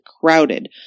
crowded